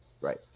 Right